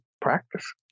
Practice